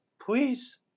please